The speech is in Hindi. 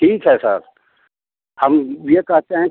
ठीक है सर हम यह कहते हैं